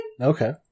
Okay